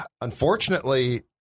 unfortunately